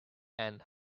and